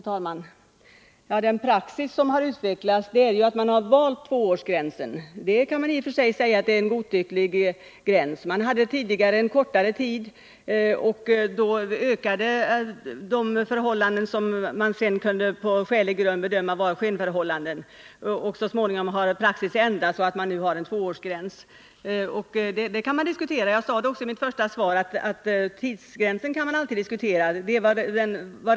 Herr talman! Den praxis som har utvecklats innebär att man har valt tvåårsgränsen. Man kan i och för sig säga att det är en godtycklig gräns. Man hade tidigare en kortare tid. Då ökade de förhållanden som man sedan på skälig grund kunde bedöma vara skenförhållanden. Så småningom har praxis ändrats så att man nu har en tvåårsgräns. Jag sade också i mitt första svar att tidsgränsen kan diskuteras.